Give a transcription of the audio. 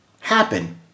happen